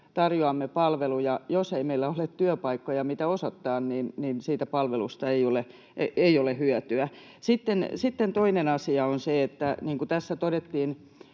tarjoamme palveluja, niin jos ei meillä ole työpaikkoja, mitä osoittaa, niin siitä palvelusta ei ole hyötyä. Sitten toinen asia on se, että niin kuin tässä todettiin